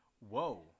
whoa